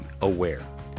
aware